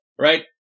Right